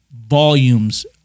volumes